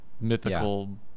mythical